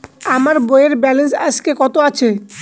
আমার বইয়ের ব্যালেন্স আজকে কত আছে?